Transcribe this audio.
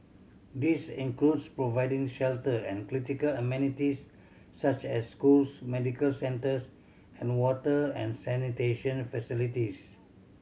this includes providing shelter and critical amenities such as schools medical centres and water and sanitation facilities